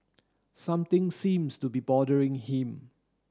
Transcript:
something seems to be bothering him